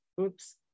Oops